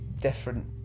different